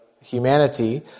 humanity